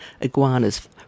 iguanas